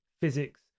physics